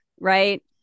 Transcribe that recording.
right